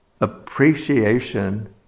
appreciation